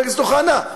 חבר הכנסת אוחנה?